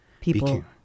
people